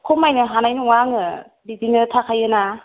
खमायनो हानाय नङा आङो बिदिनो थाखायो ना